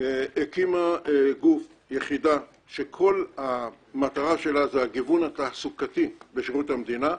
הקימה יחידה שכל המטרה שלה היא הגיוון התעסוקתי בשירות המדינה.